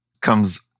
comes